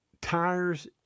tires